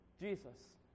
Jesus